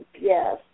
Yes